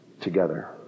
together